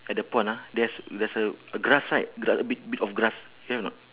at that pond ah there's there's a a grass right gra~ bit bit of grass have or not